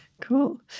Cool